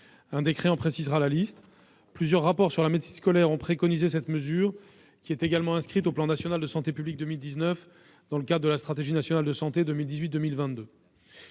Un décret en précisera la liste. Plusieurs rapports sur la médecine scolaire ont préconisé cette mesure, qui est également inscrite au plan national de santé publique 2019 dans le cadre de la stratégie nationale de santé 2018-2022.